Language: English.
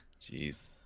Jeez